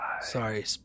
Sorry